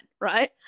Right